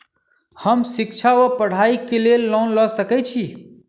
हम शिक्षा वा पढ़ाई केँ लेल लोन लऽ सकै छी?